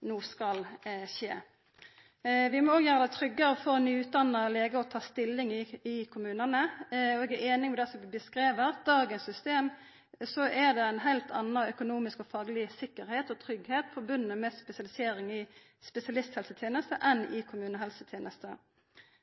no skal skje. Vi må òg gjera det tryggare for nyutdanna legar å ta stilling i kommunane. Eg er einig i det som blir beskrive, at i dagens system er det ei heilt anna økonomisk og fagleg sikkerheit og tryggleik forbunde med spesialisering i spesialisthelsetenesta enn i kommunehelsetenesta.